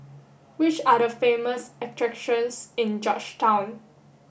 which are the famous attractions in Georgetown